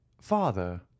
Father